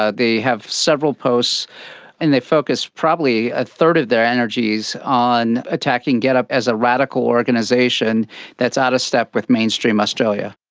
ah they have several posts and they focus probably a third of their energies on attacking getup as a radical organisation that's out of step with mainstream australia.